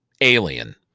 alien